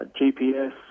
GPS